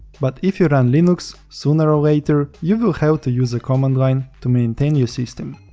but if you run linux sooner or later you will have to use the command line to maintain your system.